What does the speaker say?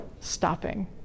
stopping